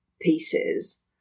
pieces